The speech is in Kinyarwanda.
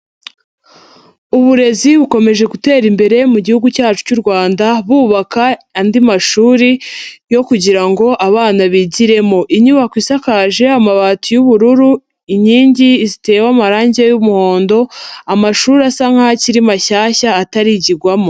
Uburezi bukomeje gutera imbere mu gihugu cyacu cy'u Rwanda bubaka andi mashuri yo kugira ngo abana bigiremo, inyubako isakaje amabati y'ubururu, inkingi ziteyeho amarangi y'umuhondo, amashuri asa nkaho akiri mashyashya atarigirwamo.